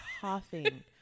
coughing